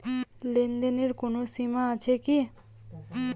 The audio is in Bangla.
লেনদেনের কোনো সীমা আছে কি?